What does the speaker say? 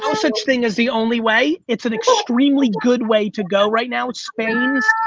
so such thing as the only way. it's an extremely good way to go right now. expense,